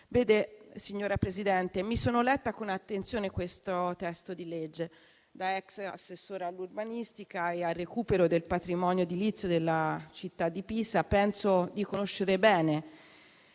Signora Presidente, mi sono letta con attenzione il testo di legge. Da ex assessore all'urbanistica e al recupero del patrimonio edilizio della città di Pisa, penso di conoscere bene